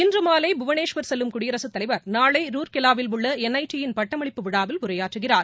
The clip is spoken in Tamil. இன்று மாலை புவனேஸ்வர் செல்லும் குடியரசுத் தலைவர் நாளை ரூர்கேலாவில் உள்ள என் ஐ டி யின் பட்டமளிப்பு விழாவில் உரையாற்றுகிறார்